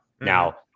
Now